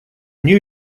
new